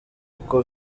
kuko